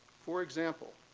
for example,